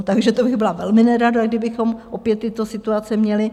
Takže to bych byla velmi nerada, kdybychom opět tyto situace měli.